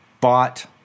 bought